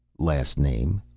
last name?